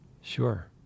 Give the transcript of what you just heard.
Sure